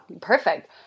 perfect